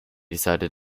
decided